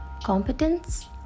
Competence